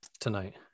tonight